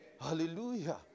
Hallelujah